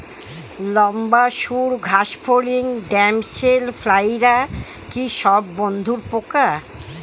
লম্বা সুড় ঘাসফড়িং ড্যামসেল ফ্লাইরা কি সব বন্ধুর পোকা?